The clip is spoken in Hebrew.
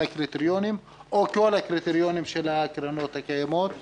הקריטריונים או על כל הקריטריונים של הקרנות הקיימות,